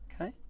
Okay